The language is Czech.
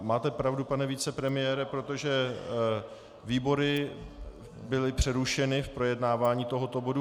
Máte pravdu, pane vicepremiére, protože výbory byly přerušeny v projednávání tohoto bodu.